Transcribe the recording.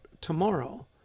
tomorrow